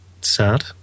sad